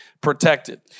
protected